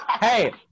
hey